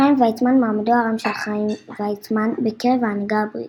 חיים ויצמן – מעמדו הרם של חיים ויצמן בקרב ההנהגה הבריטית,